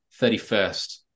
31st